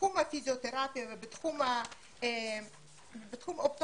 בתחום הפיזיותרפיה ובתחום אופטומטריה,